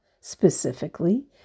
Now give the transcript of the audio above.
specifically